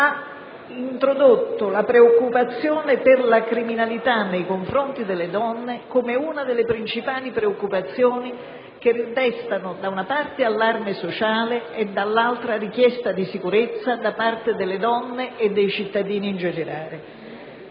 ha introdotto la criminalità nei confronti delle donne come una delle principali preoccupazioni che destano, da una parte, allarme sociale e, dall'altra, richiesta di sicurezza da parte delle donne e dei cittadini in generale.